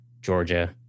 Georgia